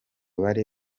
bari